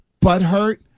butthurt